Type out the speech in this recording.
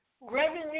Revenue